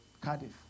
Cardiff